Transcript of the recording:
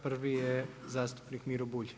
Prvi je zastupnik Miro Bulj.